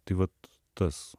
tai vat tas